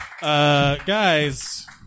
Guys